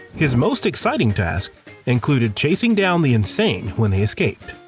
his most exciting tasks included chasing down the insane when they escaped.